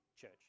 Church